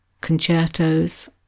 concertos